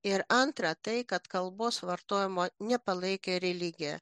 ir antra tai kad kalbos vartojimo nepalaikė religija